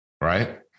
Right